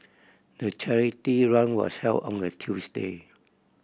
the charity run was held on a Tuesday